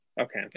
Okay